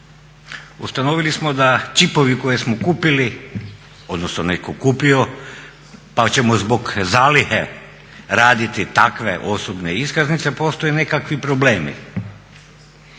ustanovili smo da čipovi koje smo kupili odnosno netko kupio pa ćemo zbog zalihe raditi takve osobne iskaznice postoje nekakvi problemi.